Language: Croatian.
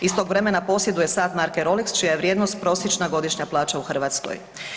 Iz tog vremena posjeduje sat marke Rolex čija je vrijednost prosječna godišnja plaća u Hrvatskoj.